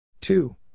Two